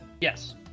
Yes